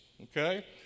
okay